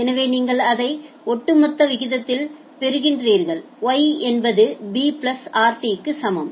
எனவே நீங்கள் அதை ஒட்டுமொத்த விகிதத்தில் பெறுகிறீர்கள் Y என்பது b plus rt க்கு சமம்